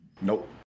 Nope